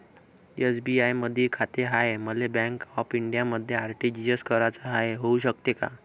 SBI मधी खाते हाय, मले बँक ऑफ इंडियामध्ये आर.टी.जी.एस कराच हाय, होऊ शकते का?